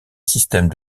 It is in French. système